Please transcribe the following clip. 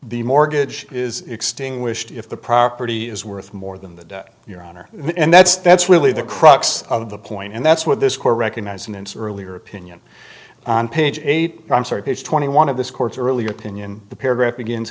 the mortgage is extinguished if the property is worth more than that your honor and that's that's really the crux of the point and that's what this court recognizing its earlier opinion on page eight i'm sorry page twenty one of this court's earlier opinion the paragraph begins